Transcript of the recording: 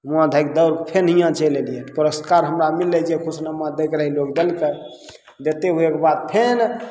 हुवाँ धैर दौड़ फेर हियाँ चलि अयलियै पुरस्कार हमरा मिललै जे खुशनामा दैके रहय से लोग देलकय देते हुयेके बाद फेन